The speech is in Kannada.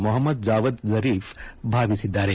Mohammed Javad Zarif ಭಾವಿಸಿದ್ದಾರೆ